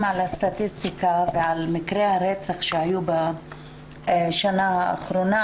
על הסטטיסטיקה ועל מקרי הרצח שהיו בשנה האחרונה,